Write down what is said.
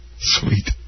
Sweet